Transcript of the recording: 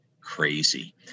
crazy